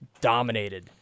dominated